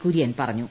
കുര്യൻ പറഞ്ഞു